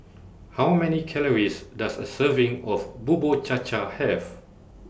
How Many Calories Does A Serving of Bubur Cha Cha Have